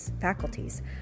faculties